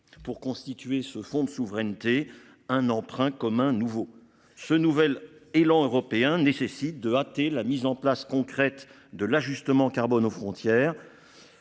Pour constituer ce fonds de souveraineté un emprunt commun nouveau ce nouvel élan européen nécessite de hâter la mise en place concrète de l'ajustement carbone aux frontières.